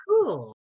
cool